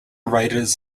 writers